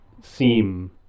seem